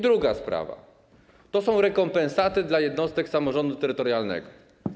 Druga sprawa to rekompensaty dla jednostek samorządu terytorialnego.